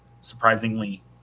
surprisingly